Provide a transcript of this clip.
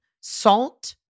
salt